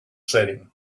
setting